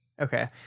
Okay